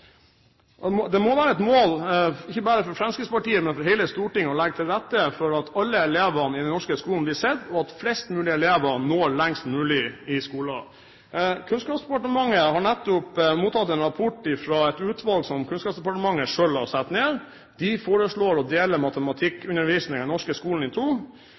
rette for at alle elevene i den norske skolen blir sett, og at flest mulig elever når lengst mulig i skolen. Kunnskapsdepartementet har nettopp mottatt en rapport fra et utvalg som Kunnskapsdepartementet selv har satt ned. De foreslår å dele matematikkundervisningen i den norske skolen i to,